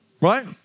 right